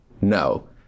No